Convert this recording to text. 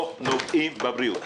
לא נוגעים בבריאות.